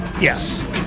Yes